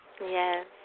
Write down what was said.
Yes